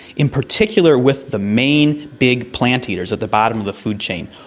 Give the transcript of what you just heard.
in particular with the main big plant-eaters at the bottom of the food chain,